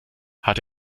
hat